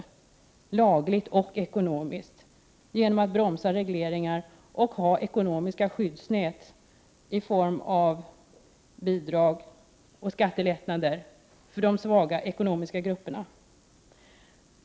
Detta kan ske lagligt och ekonomiskt genom att bromsa regleringar och genom att ha ekonomiska skyddsnät i form av bidrag och skattelättnader för de ekonomiskt svaga grupperna.